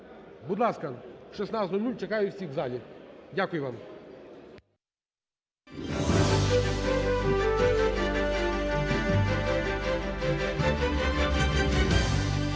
Будь ласка, о 16.00 чекаю всіх у залі. Дякую вам.